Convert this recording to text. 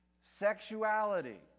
sexuality